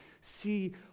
see